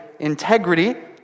integrity